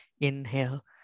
Inhale